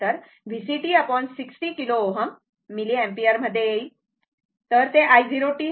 तर ते VCt 60 kilo Ω milliampere मध्ये येईल